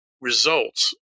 results